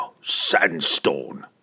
Sandstone